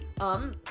Um-